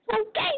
Okay